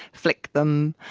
flick them,